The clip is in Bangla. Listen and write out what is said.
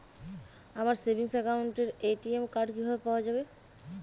আমার সেভিংস অ্যাকাউন্টের এ.টি.এম কার্ড কিভাবে পাওয়া যাবে?